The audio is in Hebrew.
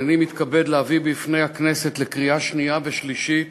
הנני מתכבד להביא בפני הכנסת לקריאה שנייה ושלישית